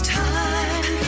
time